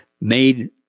made